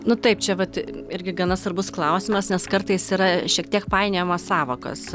nu taip čia vat irgi gana svarbus klausimas nes kartais yra šiek tiek painiojamos sąvokos